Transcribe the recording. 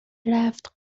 رفت